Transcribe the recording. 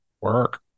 Work